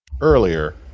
earlier